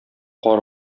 кар